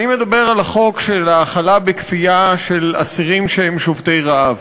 אני מדבר על החוק של האכלה בכפייה של אסירים שהם שובתי רעב,